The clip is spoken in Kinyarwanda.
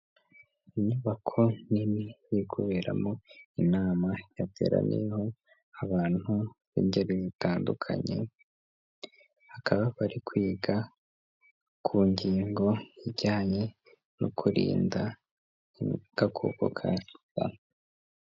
Inyubako nini iri kuberamo inama yateraniyemo abantu b'ingeri zitandukanye, bakaba bari kwiga ku ngingo ijyanye no kurinda agakoko ka sida.